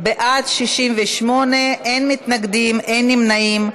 בעד, 68, אין מתנגדים, אין נמנעים.